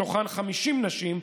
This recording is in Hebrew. מתוכם 50 נשים.